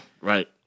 right